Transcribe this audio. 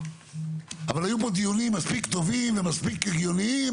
אבל היו פה דיונים מספיק טובים ומספיק הגיוניים